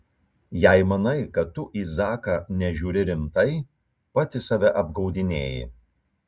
jei manai kad tu į zaką nežiūri rimtai pati save apgaudinėji